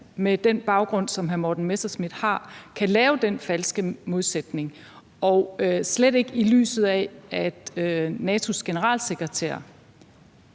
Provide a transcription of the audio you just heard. med den baggrund, som hr. Morten Messerschmidt har, kan lave den falske modsætning, og slet ikke i lyset af at NATO's generalsekretær